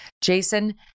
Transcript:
Jason